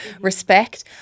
respect